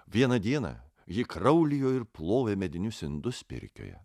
vieną dieną ji kraulijo ir plovė medinius indus pirkioje